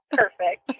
perfect